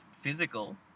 physical